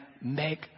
make